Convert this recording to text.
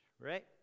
right